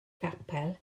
capel